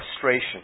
frustration